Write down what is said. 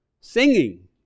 singing